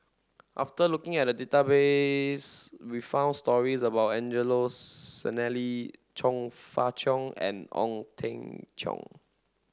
after looking at database we found stories about Angelo Sanelli Chong Fah Cheong and Ong Teng Cheong